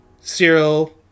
Cyril